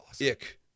Ick